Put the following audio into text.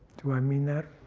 do i mean that?